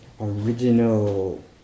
original